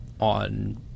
on